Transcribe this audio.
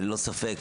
ללא ספק,